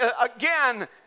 again